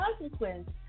consequence